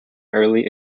early